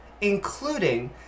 including